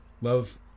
love